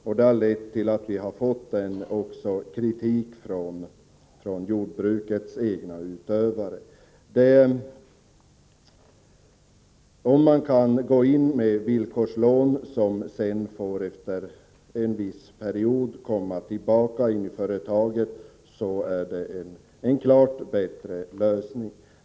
Detta har lett till att vi har fått kritik från jordbrukarna själva. Om man kan gå in med villkorslån, som efter en viss period kommer tillbaka in i företaget, är detta en klart bättre lösning.